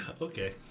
okay